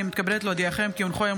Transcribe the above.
אני קובע כי הצעת חוק מתן עדיפות לחיילים